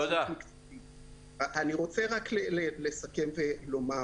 אני רוצה לסכם ולומר